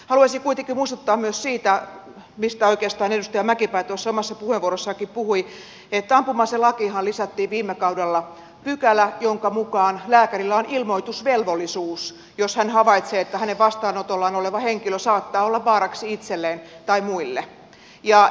haluaisin kuitenkin muistuttaa myös siitä mistä oikeastaan edustaja mäkipää tuossa omassa puheenvuorossaankin puhui että ampuma aselakiinhan lisättiin viime kaudella pykälä jonka mukaan lääkärillä on ilmoitusvelvollisuus jos hän havaitsee että hänen vastaanotollaan oleva henkilö saattaa olla vaaraksi itselleen tai muille